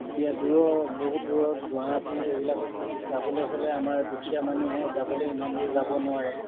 এতিয়া দূৰৰ বহুত দূৰত গুৱাহাটী এইবিলাকত যাবলৈ হ'লে আমাৰ দুখীয়া মানুহে যাবলৈ ইমান দূৰ যাব নোৱাৰে